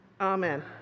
amen